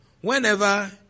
Whenever